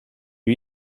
die